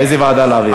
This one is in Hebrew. לאיזו ועדה להעביר?